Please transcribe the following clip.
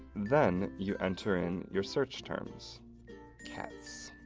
then, you enter in your search terms cats